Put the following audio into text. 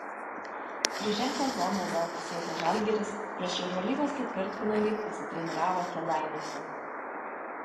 triženklę zoną vėl pasiekęs žalgiris prieš eurolygos ketvirtfinalį pasitreniravo kėdainiuose